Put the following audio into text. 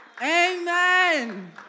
Amen